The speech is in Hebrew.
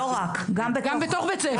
גם בתוך בית ספר.